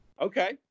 Okay